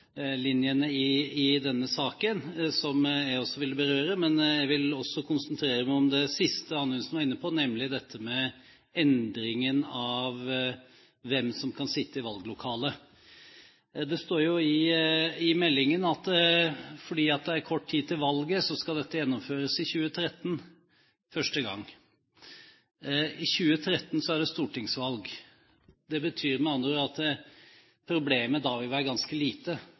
av hovedlinjene i denne saken. Jeg vil også berøre disse, men jeg vil konsentrere meg om det siste Anundsen var inne på, nemlig dette med endringen av hvem som kan sitte i valglokalet. Det står i proposisjonen at fordi det er kort tid til valget, skal dette gjennomføres første gang i 2013. I 2013 er det stortingsvalg. Det betyr med andre ord at problemet da vil være ganske lite